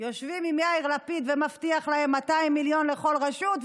יושבים עם יאיר לפיד והוא מבטיח להם 200 מיליון לכל רשות,